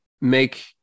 make